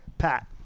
Pat